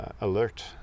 alert